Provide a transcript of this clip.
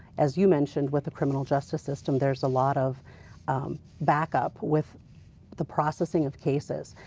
as you mentioned with the criminal justice system, there is a lot of back up with the processing of cases,